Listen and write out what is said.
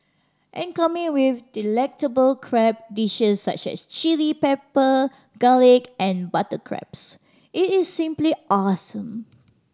and coming with delectable crab dishes such as chilli pepper garlic and butter crabs it is simply awesome